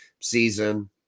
season